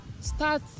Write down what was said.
start